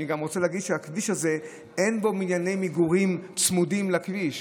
אני גם רוצה להגיד שבכביש הזה אין בנייני מגורים צמודים לכביש,